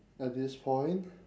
at this point